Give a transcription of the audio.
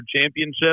championship